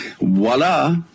Voila